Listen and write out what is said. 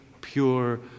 pure